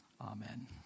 Amen